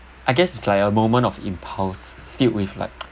I guess it's like a moment of impulse filled with like